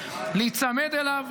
להיצמד אליו,